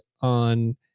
on